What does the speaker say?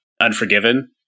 Unforgiven